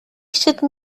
should